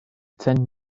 ten